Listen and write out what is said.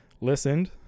listened